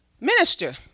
minister